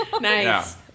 Nice